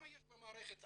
כמה יש במערכת וסטי?